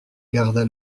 garda